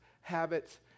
habits